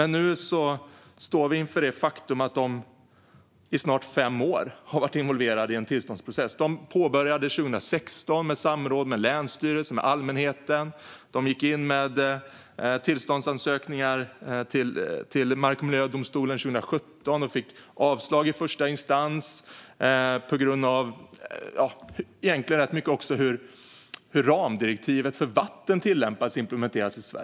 Nu står vi dock inför det faktum att företaget i snart fem år har varit involverade i en tillståndsprocess. De påbörjade processen 2016 med samråd med länsstyrelsen och med allmänheten. De gick in med tillståndsansökningar till mark och miljödomstolen 2017 och fick avslag i första instans, rätt mycket på grund av hur ramdirektivet för vatten tillämpas och implementeras i Sverige.